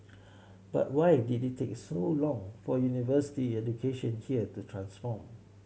but why did it take so long for university education here to transform